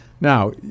now